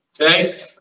okay